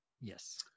Yes